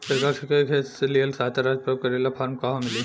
सरकार से खेत के लिए सहायता राशि प्राप्त करे ला फार्म कहवा मिली?